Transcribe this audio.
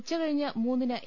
ഉച്ചകഴിഞ്ഞ് മൂന്നിന് എ